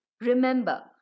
Remember